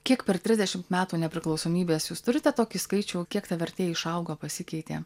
kiek per trisdešimt metų nepriklausomybės jūs turite tokį skaičių kiek ta vertė išaugo pasikeitė